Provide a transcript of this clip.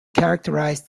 characterised